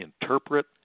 interpret